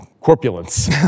corpulence